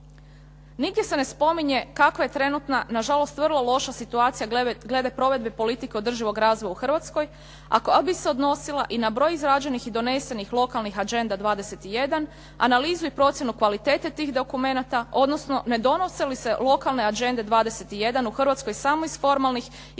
Nigdje se ne spominje kakva je trenutna, na žalost vrlo loša situacija glede provedbe politike održivog razvoja u Hrvatskoj a koja bi se odnosila i na broj izrađenih i donesenih lokalnih Agendi dvadeset i jedan, analizu i procjenu kvalitete tih dokumenata, odnosno ne donose li se lokalne Agende dvadeset i jedan u Hrvatskoj samo iz formalnih i